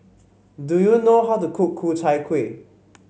do you know how to cook Ku Chai Kuih